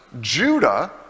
Judah